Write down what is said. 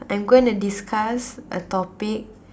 I'm gonna discuss a topic